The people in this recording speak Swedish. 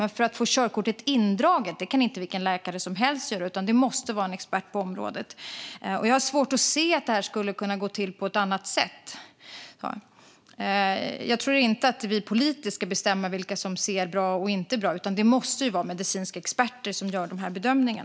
Men när det gäller att se till att få ett körkort indraget kan inte vilken läkare som helst göra detta, utan det måste vara en expert på området. Jag har svårt att se att det här skulle kunna gå till på ett annat sätt. Jag tror inte att vi politiskt ska bestämma vilka som ser bra och vilka som inte ser bra, utan det måste vara medicinska experter som gör dessa bedömningar.